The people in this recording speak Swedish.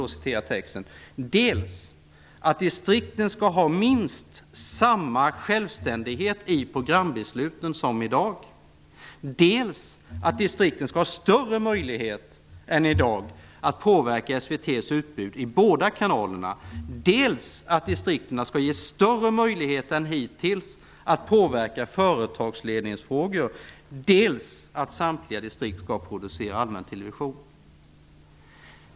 Utskottet förutsätter "dels att distrikten skall ha minst samma självständighet i programbesluten som i dag, dels att distrikten skall ha större möjlighet än i dag att påverka SVT:s utbud i båda kanalerna, dels att distrikten skall ges större möjlighet än hittills att påverka företagsledningsfrågor, dels att samtliga distrikt skall producera allmäntelevision".